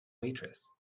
waitress